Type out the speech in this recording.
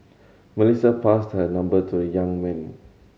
Melissa passed her number to a young man